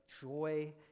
joy